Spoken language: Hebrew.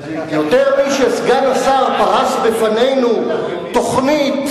יותר משסגן השר פרס בפנינו תוכנית,